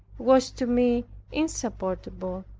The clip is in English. was to me insupportable.